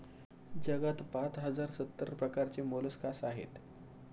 जगात पाच हजार सत्तर प्रकारचे मोलस्कास आहेत